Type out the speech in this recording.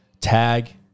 Tag